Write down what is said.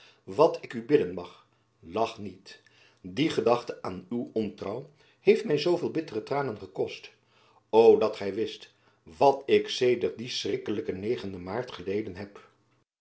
wat ik u bidden mag lach niet die gedachte aan uw ontrouw heeft my zooveel bittere tranen gekost o dat gy wist wat ik sedert dien schrikkelijken negenden maart geleden heb